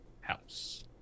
house